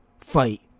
fight